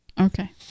Okay